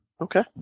Okay